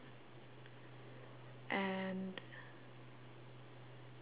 and